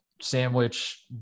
sandwich